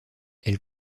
elle